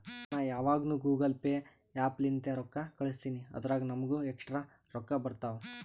ನಾ ಯಾವಗ್ನು Google Pay app ಲಿಂತೇ ರೊಕ್ಕಾ ಕಳುಸ್ತಿನಿ ಅದುರಾಗ್ ನಮ್ಮೂಗ ಎಕ್ಸ್ಟ್ರಾ ರೊಕ್ಕಾ ಬರ್ತಾವ್